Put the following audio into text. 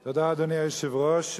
תודה, אדוני היושב-ראש.